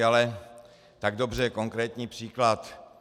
Ale tak dobře, konkrétní příklad.